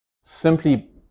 Simply